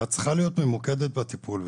ואת צריכה להיות ממוקדת בטיפול.